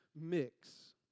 mix